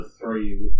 three